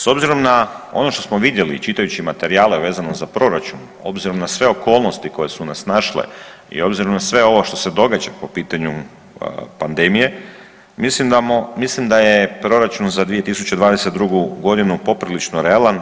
S obzirom na ono što smo vidjeli, čitajući materijale, vezano za Proračun, obzirom na sve okolnosti koje su nas snašle, i obzirom na sve ovo što se događa po pitanju pandemije, mislim da je Proračun za 2022. godinu poprilično realan.